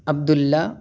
عبداللہ